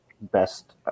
best